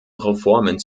reformen